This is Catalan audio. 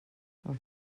els